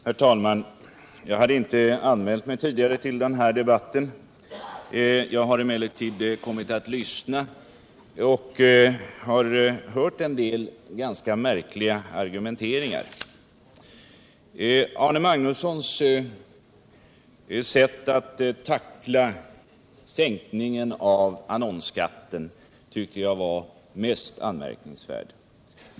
Herr talman! Jag hade inte tidigare anmält mig till den här debatten. Jag har emellertid kommit att lyssna till en del märkliga argumenteringar som jag vill ta upp. Arne Magnussons sätt att tackla sänkningen av annonsskatten tycker jag var mest anmärkningsvärt.